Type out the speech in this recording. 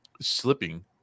slipping